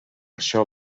això